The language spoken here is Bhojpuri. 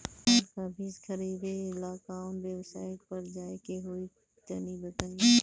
धान का बीज खरीदे ला काउन वेबसाइट पर जाए के होई तनि बताई?